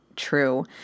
true